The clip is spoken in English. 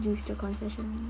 use the concession